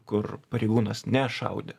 kur pareigūnas nešaudė